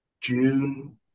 June